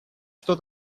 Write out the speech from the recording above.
что